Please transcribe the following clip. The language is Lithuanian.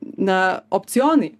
na opcionai